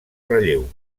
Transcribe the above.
relleu